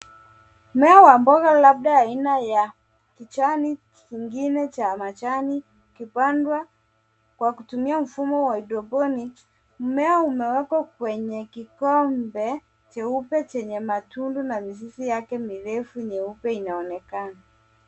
Mmea wa mboga labda aina ya kijani kingine cha majani kikipandwa kwa kutumia mfumo wa hydroponics . Mmea umewekwa kwenye kikombe cheupe chenye matundu na mizizi yake meupe inaonekana.